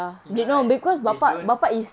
you know like they don't